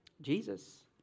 Jesus